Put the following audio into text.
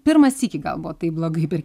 pirmą sykį gal buvo taip blogai per